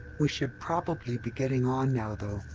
we should probably be getting on now, though.